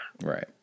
right